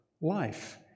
life